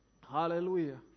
Hallelujah